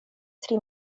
tri